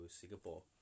Singapore